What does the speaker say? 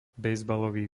bejzbalový